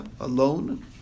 alone